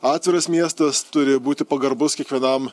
atviras miestas turi būti pagarbus kiekvienam